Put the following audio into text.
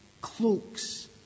cloaks